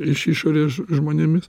iš išorės žmonėmis